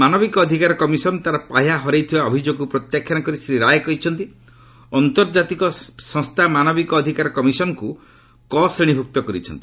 ମାନବିକ ଅଧିକାର କମିଶନ୍ ତାର ପାହ୍ୟା ହରାଇଥିବା ଅଭିଯୋଗକୁ ପ୍ରତ୍ୟାଖ୍ୟାନ କରି ଶ୍ରୀ ରାୟ କହିଛନ୍ତି ଆନ୍ତର୍ଜାତିକ ସଂସ୍ଥା ମାନବିକ ଅଧିକାର କମିଶନଙ୍କୁ 'କ' ଶ୍ରେଣୀଭୁକ୍ତ କରିଛନ୍ତି